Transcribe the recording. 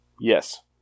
Yes